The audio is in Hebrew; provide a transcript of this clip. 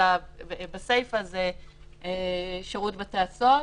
זה שירות בתי הסוהר.